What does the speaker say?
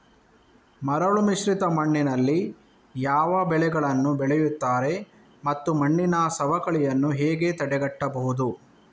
ಮರಳುಮಿಶ್ರಿತ ಮಣ್ಣಿನಲ್ಲಿ ಯಾವ ಬೆಳೆಗಳನ್ನು ಬೆಳೆಯುತ್ತಾರೆ ಮತ್ತು ಮಣ್ಣಿನ ಸವಕಳಿಯನ್ನು ಹೇಗೆ ತಡೆಗಟ್ಟಬಹುದು?